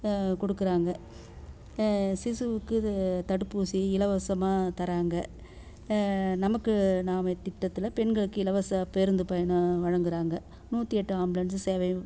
கொடுக்கறாங்க சிசுவுக்கு இது தடுப்பூசி இலவசமாக தராங்க நமக்கு இந்த மாதிரி திட்டத்தில் பெண்களுக்கு இலவச பேருந்து பயணம் வழங்குறாங்க நூற்றி எட்டு ஆம்புலன்ஸ்ஸு சேவையும்